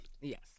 Yes